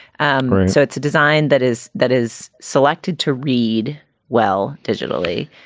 and so it's a design that is that is selected to read well digitally.